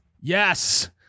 Yes